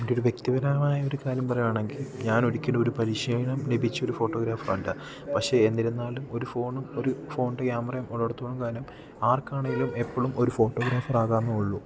എൻ്റെ ഒര് വ്യക്തിപരമായ ഒരു കാര്യം പറയാണെങ്കിൽ ഞാനൊരിക്കലും ഒരു പരിശീലനം ലഭിച്ച ഫോട്ടോഗ്രാഫർ അല്ല പക്ഷേ എന്നിരുന്നാലും ഒരു ഫോണും ഒര് ഫോണിൻ്റെ ക്യാമറയും ഉള്ളിടത്തോളം കാലം ആർക്കാണേലും എപ്പളും ഒരു ഫോട്ടോഗ്രാഫറാകാം എന്നേ ഉള്ളു